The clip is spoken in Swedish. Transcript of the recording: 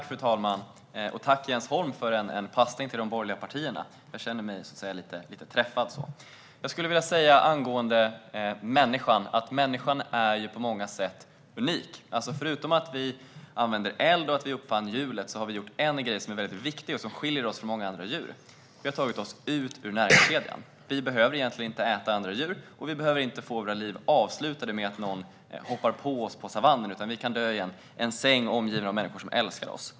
Fru talman! Tack, Jens Holm, för passningen till de borgerliga partierna. Jag känner mig lite träffad. Människan är på många sätt unik. Förutom att vi använder eld och uppfann hjulet har vi gjort en grej som är viktig och som skiljer oss från många andra djur: Vi har tagit oss ut ur näringskedjan. Vi behöver egentligen inte äta andra djur, och vi behöver inte få våra liv avslutade med att någon hoppar på oss på savannen, utan vi kan dö i en säng omgivna av människor som älskar oss.